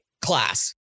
class